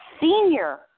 senior